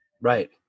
Right